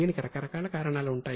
దీనికి రకరకాల కారణాలు ఉంటాయి